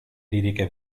liriche